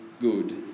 good